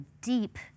deep